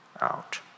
out